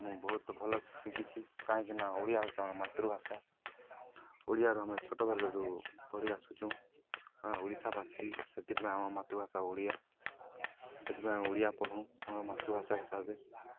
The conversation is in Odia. ମୁଁ ବହୁତ ଭଲସେ ଶିଖିଛି କାହିଁକି ନା ଓଡ଼ିଆ ହଉଚି ଆମର ମାତୃଭାଷା ଓଡ଼ିଆରୁ ଆମେ ଛୋଟବେଲରୁ ପଢ଼ି ଆସୁଚୁଁ ଆମ ଓଡ଼ିଶାବାସୀ ସେଥିପାଇଁ ଆମ ମାତୃଭାଷା ଓଡ଼ିଆ ସେଥିପାଇଁ ଆମେ ଓଡ଼ିଆ ପଢ଼ୁ ଆମର ମାତୃଭାଷା ହିସାବରେ